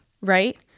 right